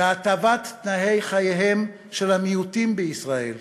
בהטבת תנאי חייהם של המיעוטים בישראל,